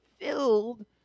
filled